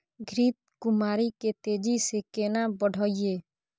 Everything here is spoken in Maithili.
घृत कुमारी के तेजी से केना बढईये?